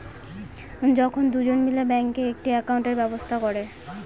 যখন দুজন মিলে ব্যাঙ্কে একটি একাউন্টের ব্যবস্থা করে